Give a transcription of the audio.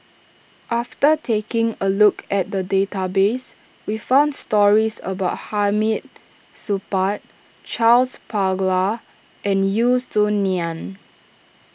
after taking a look at the database we found stories about Hamid Supaat Charles Paglar and Yeo Song Nian